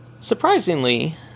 Surprisingly